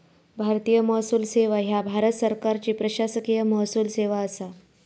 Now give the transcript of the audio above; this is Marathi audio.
भारतीय महसूल सेवा ह्या भारत सरकारची प्रशासकीय महसूल सेवा असा